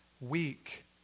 weak